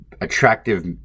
attractive